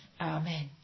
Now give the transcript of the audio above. Amen